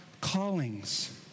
callings